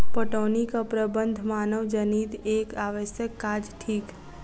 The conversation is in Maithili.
पटौनीक प्रबंध मानवजनीत एक आवश्यक काज थिक